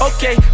Okay